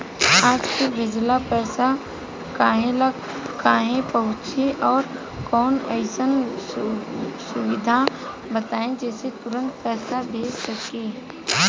आज के भेजल पैसा कालहे काहे पहुचेला और कौनों अइसन सुविधा बताई जेसे तुरंते पैसा भेजल जा सके?